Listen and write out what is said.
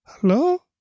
hello